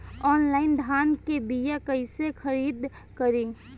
Online धान के बीया कइसे खरीद करी?